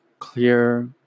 clear